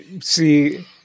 See